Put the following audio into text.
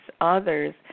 others